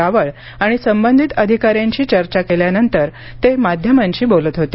रावळ आणि संबंधित अधिकाऱ्यांशी चर्चा केल्यानंतर ते माध्यमांशी बोलत होते